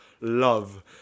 love